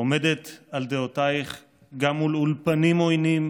עומדת על דעותייך גם מול אולפנים עוינים,